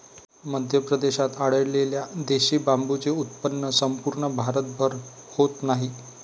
मध्य प्रदेशात आढळलेल्या देशी बांबूचे उत्पन्न संपूर्ण भारतभर होत नाही